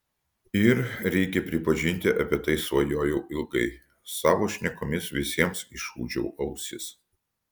ir reikia pripažinti apie tai svajojau ilgai savo šnekomis visiems išūžiau ausis